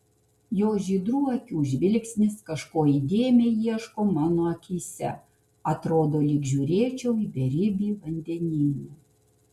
jo žydrų akių žvilgsnis kažko įdėmiai ieško mano akyse atrodo lyg žiūrėčiau į beribį vandenyną